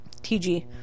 TG